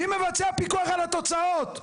מי מבצע פיקוח על התוצאות?